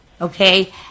okay